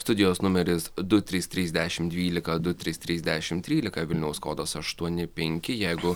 studijos numeris du trys trys dešim dvylika du trys trys dešim trylika vilniaus kodas aštuoni penki jeigu